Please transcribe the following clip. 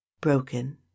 broken